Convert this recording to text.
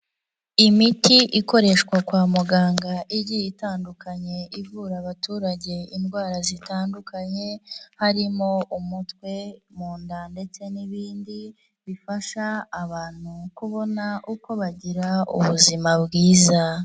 Imiti ikoreshwa kwa muganga igiye itandukanye ivura abaturage indwara zitandukanye, harimo umutwe, mu nda ndetse n'ibindi, bifasha abantu kubona uko bagira ubuzima bwiza.